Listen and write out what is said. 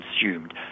consumed